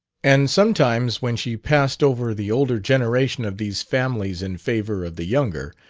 and sometimes, when she passed over the older generation of these families in favor of the younger,